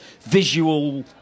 visual